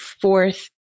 fourth